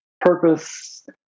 purpose